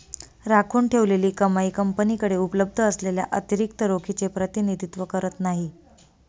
राखून ठेवलेली कमाई कंपनीकडे उपलब्ध असलेल्या अतिरिक्त रोखीचे प्रतिनिधित्व करत नाही